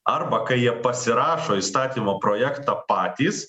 arba kai jie pasirašo įstatymo projektą patys